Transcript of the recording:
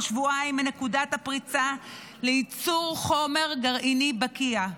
שבועיים מנקודת הפריצה לייצור חומר גרעיני בקיע.